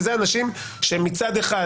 ואלה אנשים שמצד אחד,